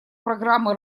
программы